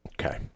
Okay